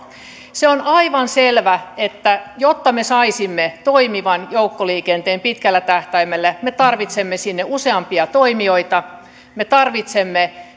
se on aivan selvää että jotta me saisimme toimivan joukkoliikenteen pitkällä tähtäimellä me tarvitsemme sinne useampia toimijoita me tarvitsemme